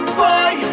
boy